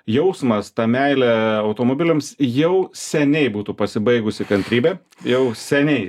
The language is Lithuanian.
jausmas ta meilė automobiliams jau seniai būtų pasibaigusi kantrybė jau seniai